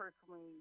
personally